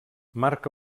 marc